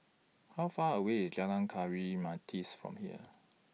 How Far away IS Jalan Kayu from here